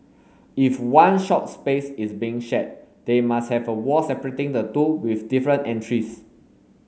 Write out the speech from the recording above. if one shop space is being shared they must have a wall separating the two with different entries